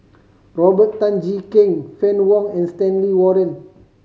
Robert Tan Jee Keng Fann Wong and Stanley Warren